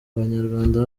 abanyarwanda